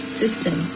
system